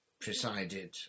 presided